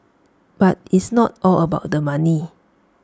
but it's not all about the money